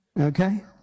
okay